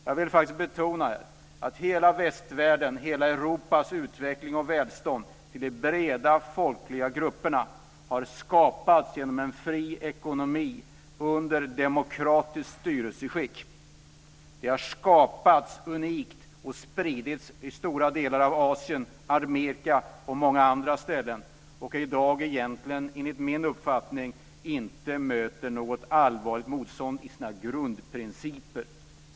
Jag vill faktiskt betona att hela västvärlden, hela Europas utveckling och välstånd inom de stora folkliga grupperna har skapats genom en fri ekonomi under ett demokratiskt styrelseskick. Det har skapats unikt och spridits i stora delar av Asien och Amerika och på många andra ställen. I dag möter det enligt min uppfattning egentligen inget allvarligt motstånd i sina grundprinciper.